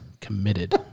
committed